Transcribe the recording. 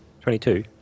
Twenty-two